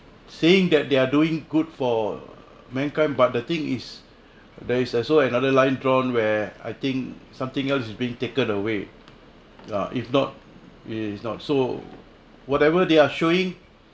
saying that they are doing good for mankind but the thing is there is also another line drawn where I think something else is being taken away if not it's not so whatever they are showing